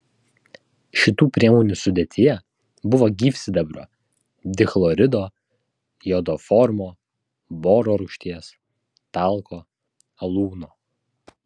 šitų priemonių sudėtyje buvo gyvsidabrio dichlorido jodoformo boro rūgšties talko alūno